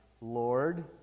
Lord